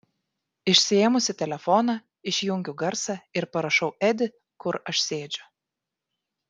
išsiėmusi telefoną išjungiu garsą ir parašau edi kur aš sėdžiu